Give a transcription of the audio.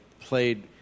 played